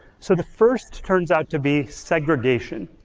so the first turns out to be segregation.